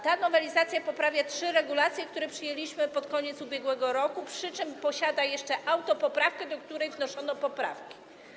Ta nowelizacja poprawia trzy regulacje, które przyjęliśmy pod koniec ubiegłego roku, przy czym mamy do niej jeszcze autopoprawkę, do której wnoszono poprawki.